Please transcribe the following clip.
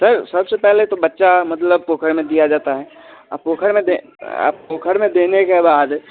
sir सब से पहले तो बच्चा मतलब पोखर में दिया जाता है और पोखर में दे पोखर में देने के बाद